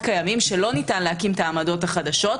קיימים שלא ניתן להקים את העמדות החדשות,